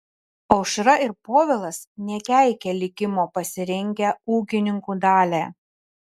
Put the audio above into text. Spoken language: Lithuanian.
aušra ir povilas nekeikia likimo pasirinkę ūkininkų dalią